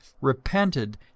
repented